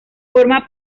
forma